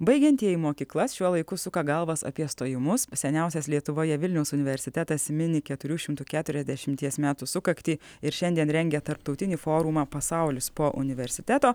baigiantieji mokyklas šiuo laiku suka galvas apie stojimus seniausias lietuvoje vilniaus universitetas mini keturių šimtų keturiasdešimties metų sukaktį ir šiandien rengia tarptautinį forumą pasaulis po universiteto